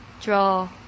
draw